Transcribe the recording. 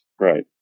Right